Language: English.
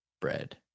bread